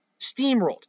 Steamrolled